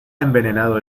envenenado